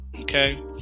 Okay